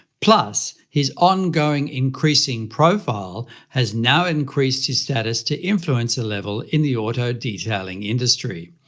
plus his ongoing increasing profile has now increased his status to influencer level in the auto detailing industry.